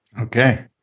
Okay